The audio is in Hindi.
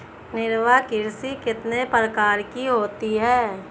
निर्वाह कृषि कितने प्रकार की होती हैं?